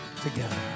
together